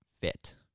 fit